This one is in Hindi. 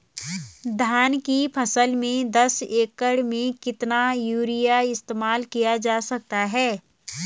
धान की फसल में दस एकड़ में कितना यूरिया इस्तेमाल किया जा सकता है?